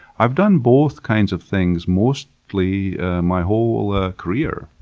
i've done both kinds of things mostly my whole ah career.